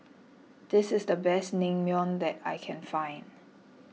this is the best Naengmyeon that I can find